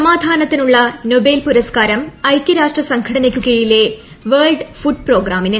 സമാധാനത്തിനുള്ള Nobel പുരസ്കാരം ഐക്യരാഷ്ട്ര സംഘടനയ്ക്കു കീഴിലെ വേൾഡ് ഫുഡ് പ്രോഗ്രാമിന്